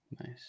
Nice